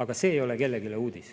Aga see ei ole kellelegi uudis.